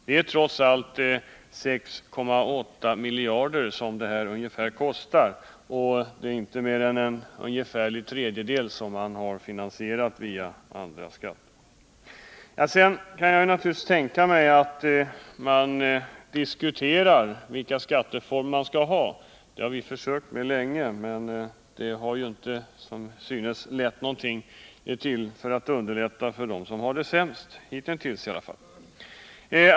Det är trots allt ungefär 6,8 miljarder som det kostar, och det är inte mer än ungefär en tredjedel därav som man har tänkt finansiera via andra skatter. Sedan kan jag naturligtvis tänka mig att man diskuterar vilka skatteformer man skall ha. Det har vi försökt med länge, men det har som synes inte lett till någon lättnad för dem som har det sämst — inte hitintills i alla fall.